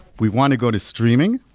we want to go to streaming.